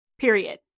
period